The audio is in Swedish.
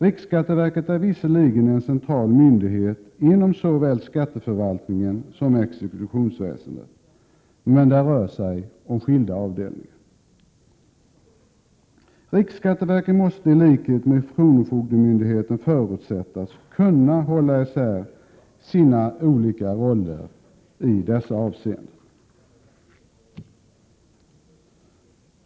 Riksskatteverket är visserligen en central myndighet inom såväl skatteförvaltningen som exekutionsväsendet, men det rör sig om skilda avdelningar. Riksskatteverket måste — i likhet med kronofogdemyndigheterna — förutsättas kunna hålla isär sina olika roller i dessa avseenden.